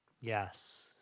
Yes